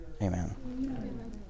Amen